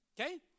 okay